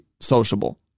sociable